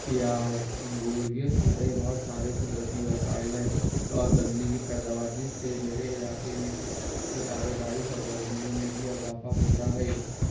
پیاز انگور یہ سارے بہت سارے قدرتی وسائل ہے اور گنے کی پیداوار جس سے میرے علاقے میں کاروباری سرگرمیوں میں بھی اضافہ ہوتا ہے